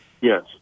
Yes